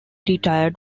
retired